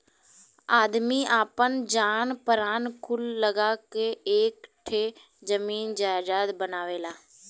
आदमी आपन जान परान कुल लगा क एक एक ठे जमीन जायजात बनावेला